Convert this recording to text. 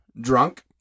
drunk